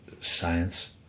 science